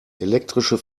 elektrische